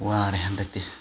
ꯋꯥꯔꯦ ꯍꯟꯗꯛꯇꯤ